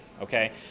okay